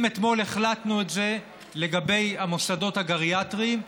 אם אתמול החלטנו את זה לגבי המוסדות הגריאטריים,